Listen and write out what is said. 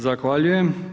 Zahvaljujem.